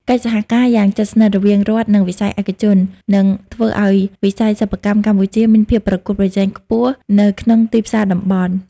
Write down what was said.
កិច្ចសហការយ៉ាងជិតស្និទ្ធរវាងរដ្ឋ និងវិស័យឯកជន នឹងធ្វើឱ្យវិស័យសិប្បកម្មកម្ពុជាមានភាពប្រកួតប្រជែងខ្ពស់នៅក្នុងទីផ្សារតំបន់។